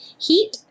heat